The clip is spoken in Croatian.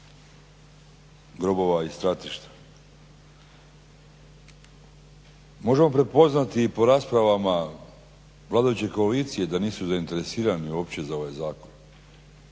možemo prepoznati i po raspravama vladajuće koalicije da nisu zainteresirani uopće za ovaj zakon.